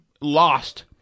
lost